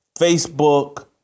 facebook